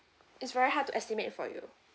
it's very hard to estimate for you